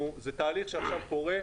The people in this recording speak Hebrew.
זה תהליך שעכשיו קורה.